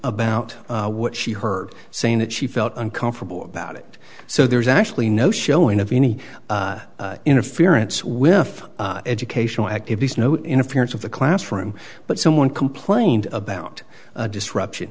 about what she heard saying that she felt uncomfortable about it so there's actually no showing of any interference with educational activities no interference with the classroom but someone complained about disruption